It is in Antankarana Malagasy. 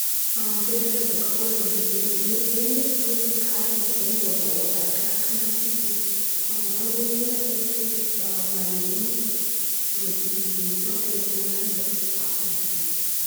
Toetr'andra bôkà kôlômby ze- ndraiky zen̈y trôpikaly izy dia miôvaôva arakarakin'ny altitidy. Avy iô koà zen̈y matetiky misy mahalen̈y ndraiky temperatira-nàny ndraiky stable fo.